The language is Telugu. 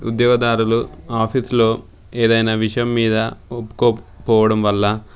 ఉద్యోగదారులు ఆఫీసులో ఏదైన్నా విషయం మీద ఒప్పుకోకపోవడం వల్ల